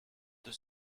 deux